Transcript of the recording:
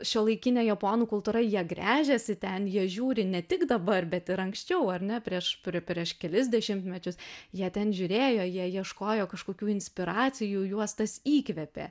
šiuolaikinė japonų kultūra jie gręžiasi ten jie žiūri ne tik dabar bet ir anksčiau ar ne prieš prieš kelis dešimtmečius jie ten žiūrėjo jie ieškojo kažkokių inspiracijų juos tas įkvėpė